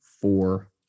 four